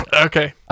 Okay